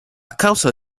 causa